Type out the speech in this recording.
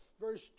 Verse